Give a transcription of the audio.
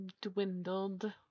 dwindled